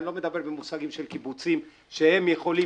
אני לא מדבר במושגים של קיבוצים שהם יכולים